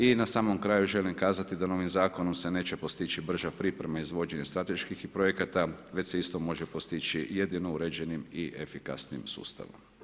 I samom kraju želim kazati da novim zakonom se neće postići brža priprema izvođenja strateških projekata već se isto može postići jedino u ređenim i efikasnim sustavom.